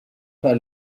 pas